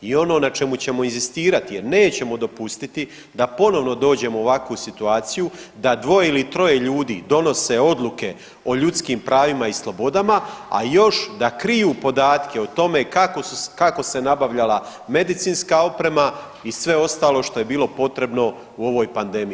I ono na čemu ćemo inzistirati jer nećemo dopustiti da ponovno dođemo u ovakvu situaciju da dvoje ili troje ljudi donose odluke o ljudskim pravima i slobodama, a još da kriju podatke o tome kako se nabavljala medicinska oprema i sve ostalo što je bilo potrebno u ovoj pandemiji.